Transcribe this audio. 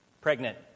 pregnant